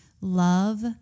love